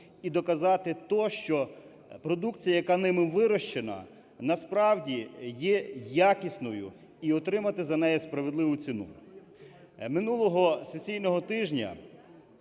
і доказати то, що продукція, яка ними вирощена, насправді, є якісною, і отримати за неї справедливу ціну.